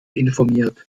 informiert